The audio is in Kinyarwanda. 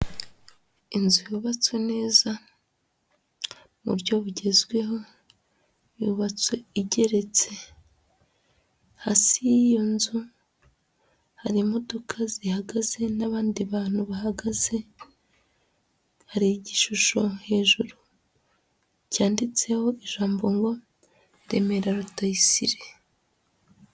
Inzu yubatswe neza mu buryo bugezweho yubatswe igeretse, hasi y'iyo nzu hari imodoka zihagaze n'abandi bantu bahagaze, hari igishusho hejuru cyanditseho ijambo ngo remera rutayisire.